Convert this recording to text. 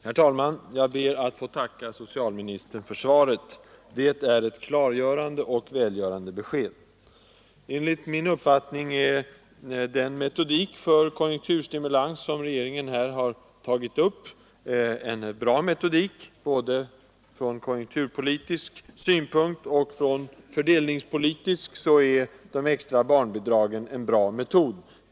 Herr talman! Jag ber att få tacka socialministern för svaret. Det är ett klargörande och välgörande besked. Enligt min uppfattning är den metodik för konjunkturstimulans som regeringen här använt bra. Både från konjunkturpolitisk synpunkt och från fördelningspolitisk är det lämpligt att betala ut extra barnbidrag.